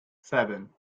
seven